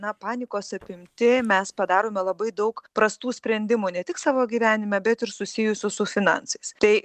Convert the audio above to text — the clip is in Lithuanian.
na panikos apimti mes padarome labai daug prastų sprendimų ne tik savo gyvenime bet ir susijusių su finansais tai